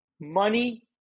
money